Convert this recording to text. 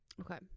Okay